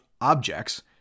objects